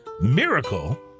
Miracle